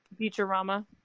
Futurama